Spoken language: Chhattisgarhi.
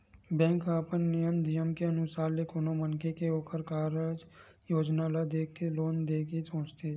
बेंक ह अपन नियम धियम के अनुसार ले कोनो मनखे के ओखर कारज योजना ल देख के लोन देय के सोचथे